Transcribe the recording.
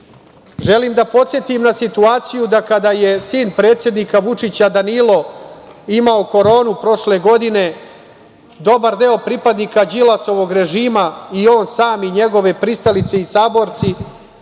da podsetim na situaciju da kada je sin predsednika Vučića, Danilo, imao koronu prošle godine, dobar deo pripadnika Đilasovog režima, i on sam, i njegove pristalice i saborci,